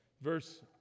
Verse